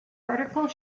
article